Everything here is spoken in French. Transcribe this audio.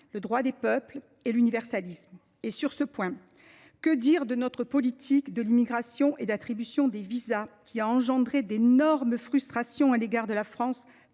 le droit des peuples et l’universalisme. Sur ce point, que dire de notre politique de l’immigration et l’attribution des visas, qui a suscité d’immenses frustrations à l’égard de la France,